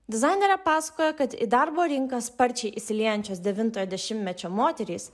dizainerė pasakojo kad į darbo rinką sparčiai įsiliejančios devintojo dešimtmečio moterys